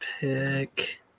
pick